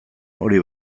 hori